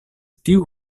tiu